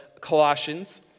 Colossians